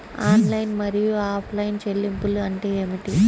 Online మరియు offline చెల్లింపులు అంటే ఏమిటి?